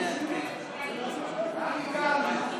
אתה מבין?